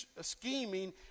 scheming